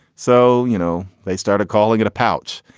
so, you know, they started calling it a pouch.